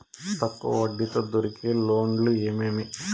తక్కువ వడ్డీ తో దొరికే లోన్లు ఏమేమీ?